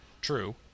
True